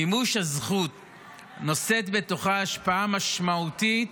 מימוש הזכות נושא השפעה משמעותית